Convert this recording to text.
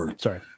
Sorry